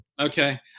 Okay